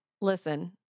Listen